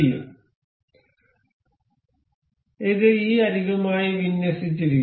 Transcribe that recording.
അതിനാൽ ഇത് ഈ അരികുമായി വിന്യസിച്ചിരിക്കുന്നു